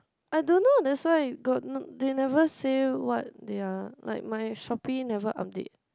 I don't know that's why got n~ they never say what they are like my Shopee never update